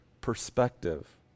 perspective